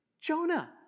Jonah